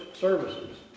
services